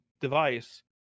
device